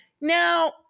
Now